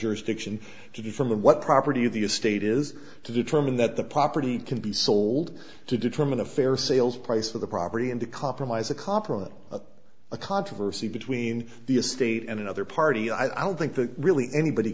jurisdiction to determine what property of the estate is to determine that the property can be sold to determine a fair sales price for the property and to compromise a compromise a controversy between the estate and another party i would think that really anybody